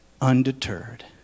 undeterred